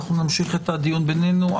נמשיך את הדיון בינינו.